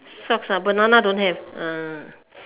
socks uh banana don't have uh